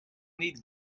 need